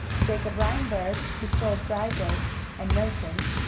jacob reinberg, who sold drygoods and notions,